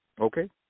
okay